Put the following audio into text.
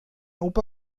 opa